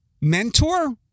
mentor